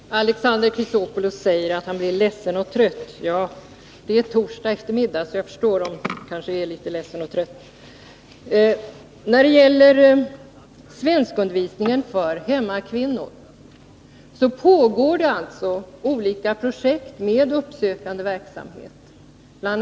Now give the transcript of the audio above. Herr talman! Alexander Chrisopoulos säger att han blir ledsen och trött. Ja, det är ju torsdag eftermiddag, så jag förstår att han kanske är litet ledsen och trött. När det gäller svenskundervisningen för hemmakvinnor finns det olika projekt med uppsökande verksamhet. BI.